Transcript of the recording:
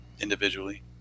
individually